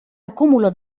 acúmulo